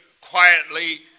quietly